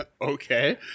Okay